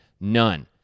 None